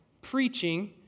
Preaching